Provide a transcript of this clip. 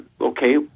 okay